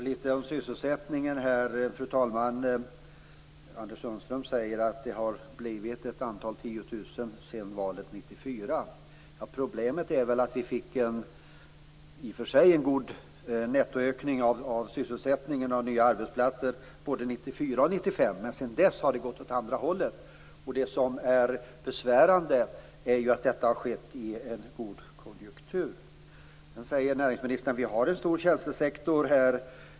Fru talman! Jag vill säga litet om sysselsättningen. Anders Sundström säger att det har blivit några tiotusental sedan valet 1994. Problemet är väl att vi i och för sig fick en bra nettoökning när det gäller sysselsättningen i fråga om nya arbetsplatser både 1994 och 1995. Men sedan dess har det gått åt andra hållet. Och det som är besvärande är ju att detta har skett i en god konjunktur. Näringsministern säger att vi har en stor tjänstesektor.